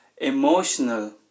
emotional